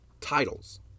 titles